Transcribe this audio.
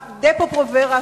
ה-Depo-provera,